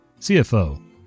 CFO